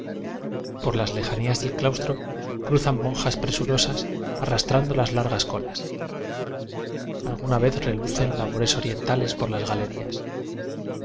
por las lejanías del claustro cruzan monjas presurosas arrastrando las largas colas alguna vez relucen labores orientales por las galerías